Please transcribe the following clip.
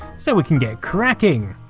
so we can get cracking.